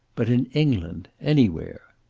but in england, anywhere.